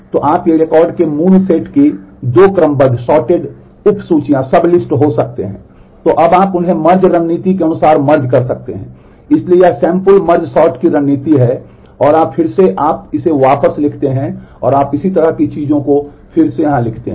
तो अब आप उन्हें मर्ज रणनीति है और फिर से आप इसे वापस लिखते हैं आप इसी तरह की चीजों को फिर से यहाँ लिखते हैं